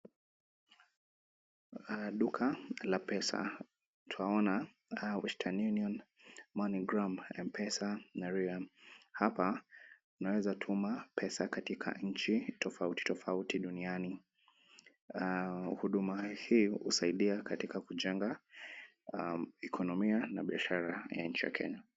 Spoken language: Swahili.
Duka la pesa. Twaona Western Union, Money Gram, M-Pesa na Riam. Hapa unaweza tuma pesa katika nchi tofauti tofauti duniani. Huduma hii husaidia katika kujenga ikonomia na biashara ya nchi ya Kenya.